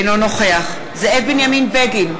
אינו נוכח זאב בנימין בגין,